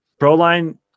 ProLine